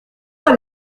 pas